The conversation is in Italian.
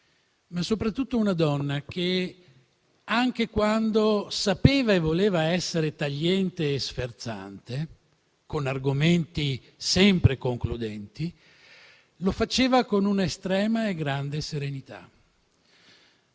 ma soprattutto una donna che, anche quando sapeva e voleva essere tagliente e sferzante, con argomenti sempre concludenti, lo faceva con un'estrema e grande serenità.